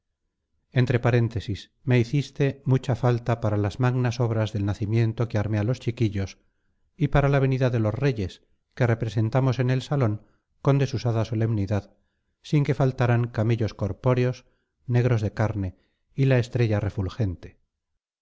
entre paréntesis me hiciste mucha falta para las magnas obras del nacimiento que armé a los chiquillos y para la venida de los reyes que representamos en el salón con desusada solemnidad sin que faltaran camellos corpóreos negros de carne y la estrella refulgente